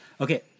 Okay